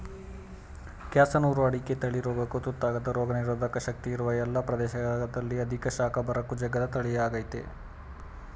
ಕ್ಯಾಸನೂರು ಅಡಿಕೆ ತಳಿ ರೋಗಕ್ಕು ತುತ್ತಾಗದ ರೋಗನಿರೋಧಕ ಶಕ್ತಿ ಇರುವ ಎಲ್ಲ ಪ್ರದೇಶದಲ್ಲಿ ಅಧಿಕ ಶಾಖ ಬರಕ್ಕೂ ಜಗ್ಗದ ತಳಿಯಾಗಯ್ತೆ